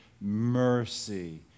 mercy